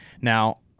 Now